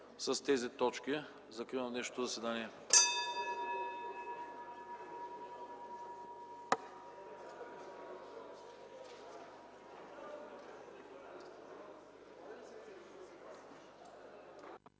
с тези точки. Закривам днешното заседание.